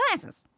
Glasses